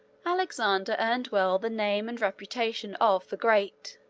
alexander earned well the name and reputation of the great.